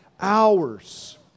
hours